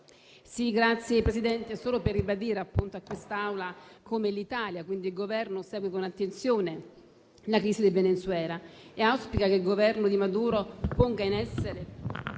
signor Presidente, desidero ribadire a quest'Assemblea come l'Italia e quindi il Governo seguano con attenzione la crisi del Venezuela e auspichino che il Governo di Maduro ponga in essere